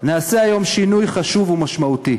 נעשה היום שינוי חשוב ומשמעותי.